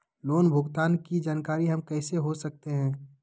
Loan भुगतान की जानकारी हम कैसे हो सकते हैं?